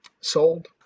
Sold